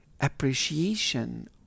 appreciation